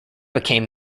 became